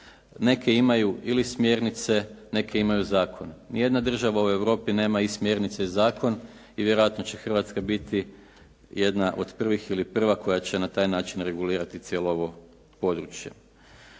Neke imaju ili smjernice, neke imaju zakon. Ni jedna država u Europi nema i smjernice i zakon i vjerojatno će Hrvatska biti jedna od prvih ili prva koja će na taj način regulirati cijelo ovo područje.